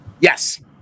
Yes